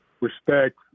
respect